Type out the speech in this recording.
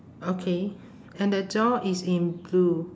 okay and the door is in blue